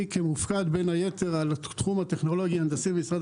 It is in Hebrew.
אני כמופקד על התחום הטכנולוגי-הנדסי במשרד